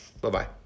Bye-bye